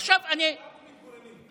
עכשיו אני, אנחנו רק מתגוננים.